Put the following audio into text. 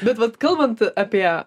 bet vat kalbant apie